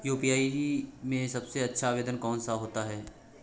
UPI में सबसे अच्छा आवेदन कौन सा होता है?